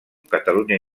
catalunya